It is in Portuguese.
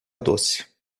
doce